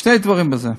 שני דברים בזה: